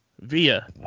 via